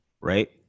Right